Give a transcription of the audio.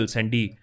Sandy